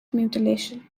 mutilation